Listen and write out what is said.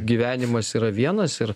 gyvenimas yra vienas ir